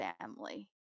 family